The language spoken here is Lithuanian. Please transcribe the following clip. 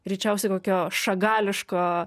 greičiausiai kokio šagališko